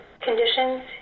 conditions